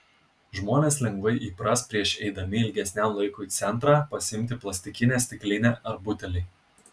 žmonės lengvai įpras prieš eidami ilgesniam laikui į centrą pasiimti plastikinę stiklinę ar butelį